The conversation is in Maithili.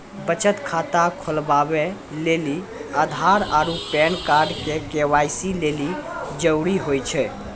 बचत खाता खोलबाबै लेली आधार आरू पैन कार्ड के.वाइ.सी लेली जरूरी होय छै